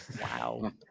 Wow